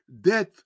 Death